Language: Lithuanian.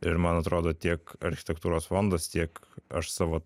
ir man atrodo tiek architektūros fondas tiek aš savo